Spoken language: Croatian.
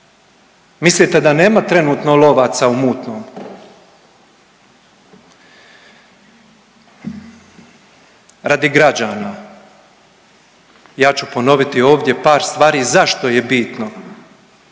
Mislite da nema trenutno lovaca u mutnom? Radi građana, ja ću ponoviti ovdje par stvari zašto je bitno